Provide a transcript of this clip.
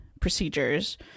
procedures